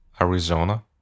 Arizona